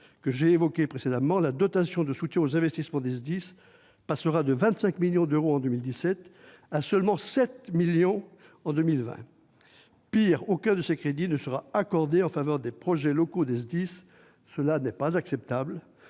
que j'ai évoqués précédemment, la dotation de soutien aux investissements des SDIS passera de 25 millions d'euros en 2017 à seulement 7 millions pour 2020 ! Pis, aucun de ces crédits ne sera accordé en faveur des projets locaux des SDIS. Ce n'est pas acceptable.